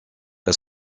est